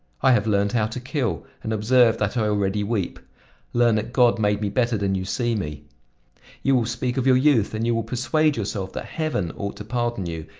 i have learned how to kill, and observe that i already weep learn that god made me better than you see me you will speak of your youth and you will persuade yourself that heaven ought to pardon you,